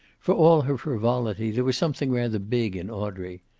for all her frivolity, there was something rather big in audrey.